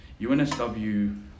UNSW